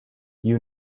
you